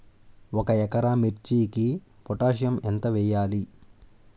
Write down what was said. ఒక ఎకరా మిర్చీకి పొటాషియం ఎంత వెయ్యాలి?